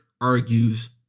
argues